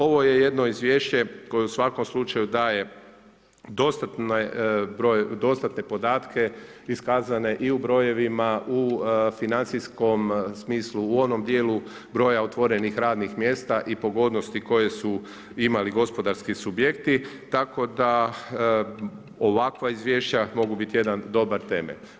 Ovo je jedno izvješće koje u svakom slučaju daje dostatne podatke iskazane i u brojevima, u financijskom smislu, u onom djelu broja otvorenih radnih mjesta i pogodnosti koje su imali gospodarski subjekti, tako da ovakva izvješća mogu biti jedan dobar temelj.